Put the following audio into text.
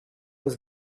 was